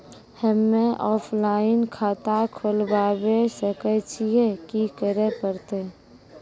हम्मे ऑफलाइन खाता खोलबावे सकय छियै, की करे परतै?